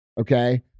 okay